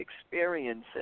experiences